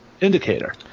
indicator